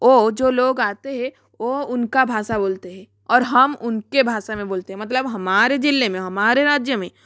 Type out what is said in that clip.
वो जो लोग आते है वो उनका भाषा बोलते हे और हम उनके भाषा में बोलते हे मतलब हमारे जिले में हमारे राज्य में